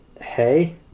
Hey